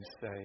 say